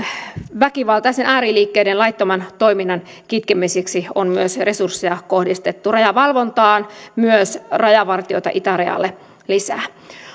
väkivaltaisten ääriliikkeiden laittoman toiminnan kitkemiseksi on myös resursseja kohdistettu rajavalvontaan myös rajavartijoita itärajalle lisää